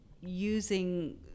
using